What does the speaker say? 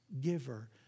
giver